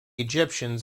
egyptians